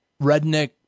redneck